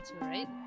right